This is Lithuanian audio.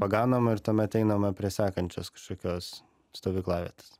paganoma ir tuomet einama prie sekančios kažkokios stovyklavietės